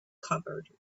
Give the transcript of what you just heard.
covered